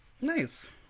Nice